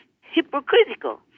hypocritical